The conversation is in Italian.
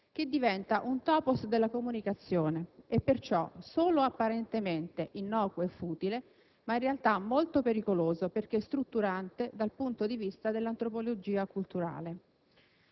che diventa un *topos* della comunicazione, e perciò solo apparentemente innocuo e futile, ma in realtà molto pericoloso perché «strutturante» dal punto di vista dell'antropologia culturale.